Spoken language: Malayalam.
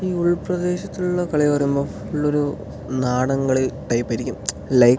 ഈ ഉൾപ്രദേശത്തുള്ള കളി വരുമ്പം ഉള്ളൊരു നാടൻകളി ടൈപ്പായിരിക്കും ലൈക്ക്